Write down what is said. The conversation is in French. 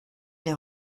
les